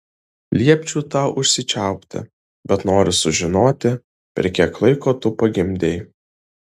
liepčiau tau užsičiaupti bet noriu sužinoti per kiek laiko tu pagimdei